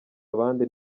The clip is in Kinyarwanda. abandi